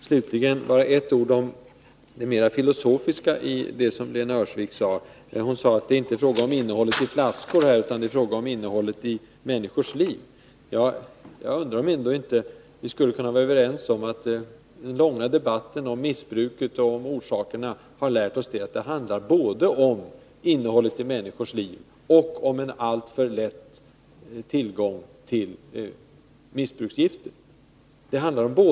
Slutligen bara ett par ord om det mer filosofiska i Lena Öhrsviks anförande. Hon sade att det här inte är fråga om innehållet i flaskor utan om innehållet i människors liv. Jag undrar om vi ändå inte skulle kunna vara överens om att den långa debatten om missbruk och dess orsaker har lärt oss att det handlar både om innehållet i människors liv och om tillgången till missbruksgifter.